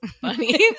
funny